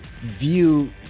view